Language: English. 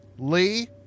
Lee